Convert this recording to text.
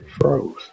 froze